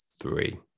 three